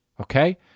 Okay